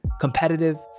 competitive